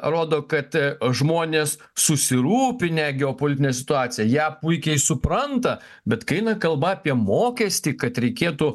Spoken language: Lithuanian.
rodo kad žmonės susirūpinę geopolitine situacija ją puikiai supranta bet kai eina kalba apie mokestį kad reikėtų